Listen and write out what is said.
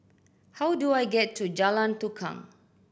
how do I get to Jalan Tukang